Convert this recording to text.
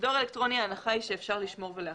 בדואר האלקטרוני ההנחה היא שאפשר לשמור ולאחזר,